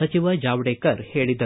ಸಚಿವ ಜಾವ್ಡೇಕರ್ ಹೇಳಿದರು